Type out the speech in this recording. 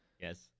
Yes